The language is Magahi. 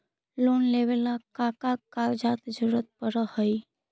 लोन लेवेला का का कागजात जरूरत पड़ हइ?